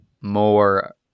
more